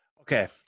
okay